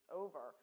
over